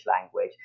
language